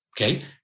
okay